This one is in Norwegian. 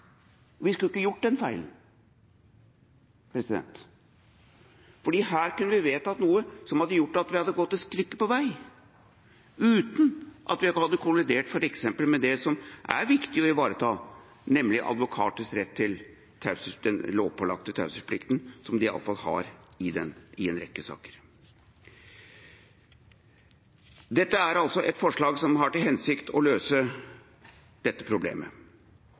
og vi skulle ikke ha gjort den feilen, for her kunne vi ha vedtatt noe som hadde gjort at vi hadde kommet et stykke på vei uten at vi hadde kollidert f.eks. med det som er viktig å ivareta, nemlig advokaters rett til den lovpålagte taushetsplikten, som de iallfall har i en rekke saker. Dette er altså et forslag som har til hensikt å løse dette problemet,